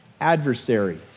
adversary